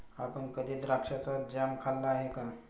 आपण कधी द्राक्षाचा जॅम खाल्ला आहे का?